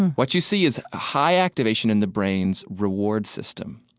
what you see is high activation in the brain's reward system.